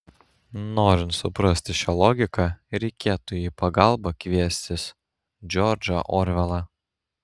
norint suprasti šią logiką reikėtų į pagalbą kviestis džordžą orvelą